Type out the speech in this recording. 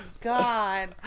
god